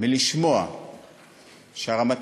מלשמוע את הרמטכ"ל,